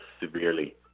severely